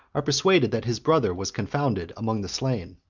are persuaded that his brother was confounded among the slain.